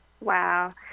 Wow